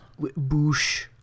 Boosh